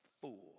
fool